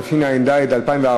התשע"ד 2014,